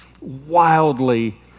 wildly